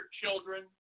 children